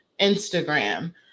Instagram